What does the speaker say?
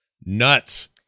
Nuts